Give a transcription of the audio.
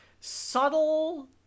subtle